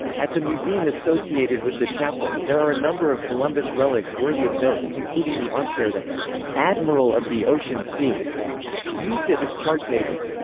at the museum associated with the chapel, there are a number of columbus relics worthy of note, including the armchair that the admiral of the ocean sea used at his chart table.